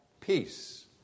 Peace